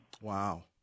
Wow